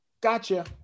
Gotcha